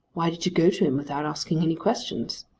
why did you go to him without asking any questions?